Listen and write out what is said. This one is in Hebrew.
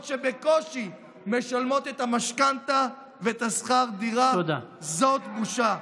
שבקושי משלמות את המשכנתה ואת שכר הדירה זאת בושה.